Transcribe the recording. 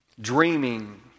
dreaming